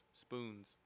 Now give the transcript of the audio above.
spoons